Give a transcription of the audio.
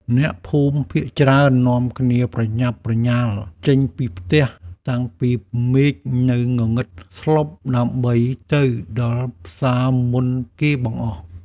អ្នកភូមិភាគច្រើននាំគ្នាប្រញាប់ប្រញាល់ចេញពីផ្ទះតាំងពីមេឃនៅងងឹតស្លុបដើម្បីទៅដល់ផ្សារមុនគេបង្អស់។